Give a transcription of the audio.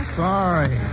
sorry